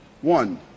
One